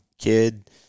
kid